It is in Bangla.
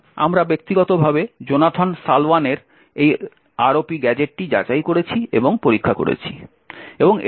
সুতরাং আমরা ব্যক্তিগতভাবে জোনাথন সালওয়ানের এই ROP গ্যাজেটটি যাচাই করেছি এবং পরীক্ষা করেছি